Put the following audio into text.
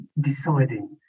deciding